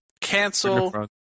cancel